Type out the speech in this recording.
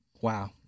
wow